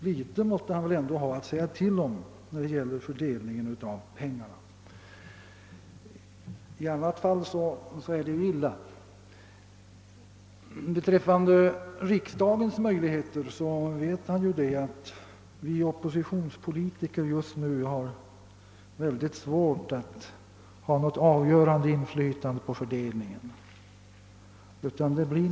Litet måste han väl ändå ha att säga till om vid fördelningen av pengarna; annars vore det illa. Vad våra möjligheter här i riksdagen beträffar vet ju kommunikationsministern också att vi oppositionspolitiker just nu har oerhört svårt att utöva något avgörande inflytande på fördelningen av väganslagen.